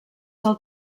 del